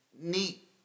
neat